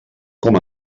com